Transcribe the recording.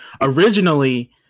originally